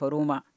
Roma